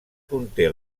conté